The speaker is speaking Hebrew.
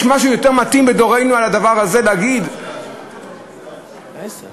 יש משהו יותר מתאים בדורנו להגיד עליו את הדבר הזה?